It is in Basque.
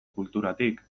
kulturatik